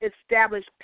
establish